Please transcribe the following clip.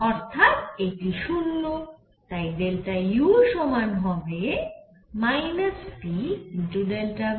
অর্থাৎ এটি 0 তাই U সমান হবে pV